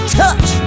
touch